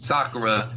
Sakura